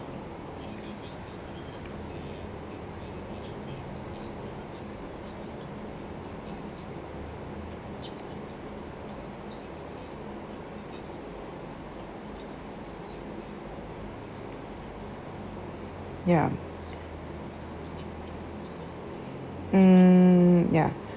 ya mm ya